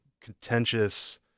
contentious